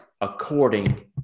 according